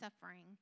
suffering